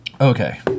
Okay